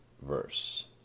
verse